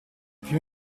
più